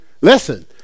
Listen